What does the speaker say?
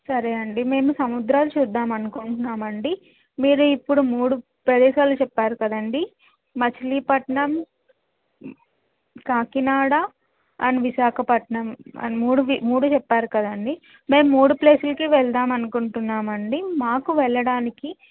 సరే అండి మేము సముద్రాలు చూద్దామని అనుకుంటున్నామండి మీరు ఇప్పుడు మూడు ప్రదేశాలు చెప్పారు కదండి మచిలీపట్నం కాకినాడ అండ్ విశాఖపట్నం అని మూడు మూడు చెప్పారు కదండి మేము మూడు ప్లేసులకి వెళదామని అనుకుంటున్నామండి మాకు వెళ్ళడానికి